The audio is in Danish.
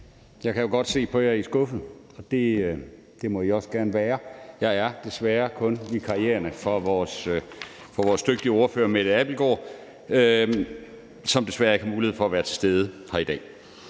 Jeg kan jo godt se på jer, at I er skuffede, og det må I også gerne være. Jeg er desværre kun vikar for vores dygtige ordfører Mette Abildgaard, som desværre ikke har mulighed for at være til stede her i dag.